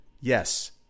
yes